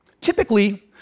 Typically